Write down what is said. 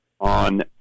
on